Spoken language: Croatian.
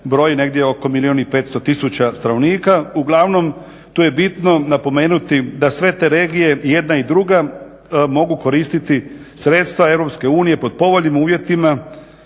broji negdje oko 1, 500 tisuća stanovnika. Uglavnom tu je bitno napomenuti da sve te regije, jedna i druga mogu koristiti sredstva EU pod povoljnim uvjetima,